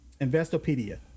Investopedia